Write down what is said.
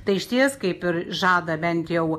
tai išties kaip ir žada bent jau